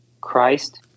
Christ